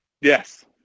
Yes